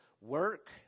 work